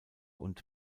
und